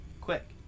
Quick